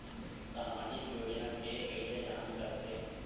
सामाजिक योजना के कइसे जांच करथे?